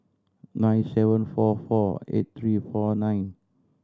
nine seven four four eight three four nine